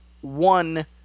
one